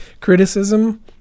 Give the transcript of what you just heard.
criticism